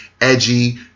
edgy